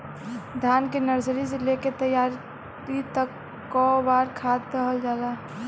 धान के नर्सरी से लेके तैयारी तक कौ बार खाद दहल जाला?